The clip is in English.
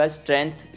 strength